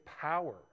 power